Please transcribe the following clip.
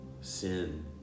sin